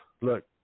look